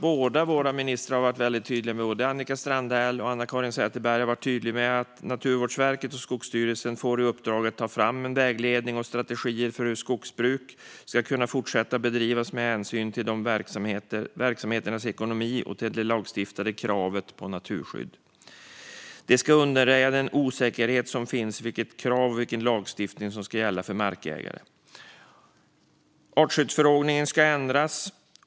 Båda våra ministrar - Annika Strandhäll och Anna-Caren Sätherberg - har varit tydliga. Naturvårdsverket och Skogsstyrelsen får "i uppdrag att ta fram vägledning och strategier för hur skogsbruk ska kunna fortsätta bedrivas med hänsyn till både verksamhetens ekonomi och till det lagstiftade kravet på naturskydd. Det ska undanröja den osäkerhet som finns kring vilka krav och vilken lagstiftning som ska gälla för markägare." Artskyddsförordningen ska ändras.